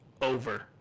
Over